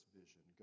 vision